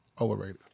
Overrated